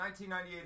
1998